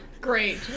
Great